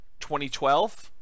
2012